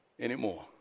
anymore